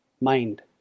mind